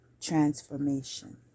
transformation